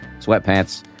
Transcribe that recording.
sweatpants